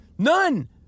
none